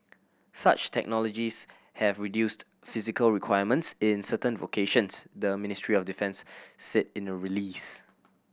such technologies have reduced physical requirements in certain vocations the Ministry of Defence said in a release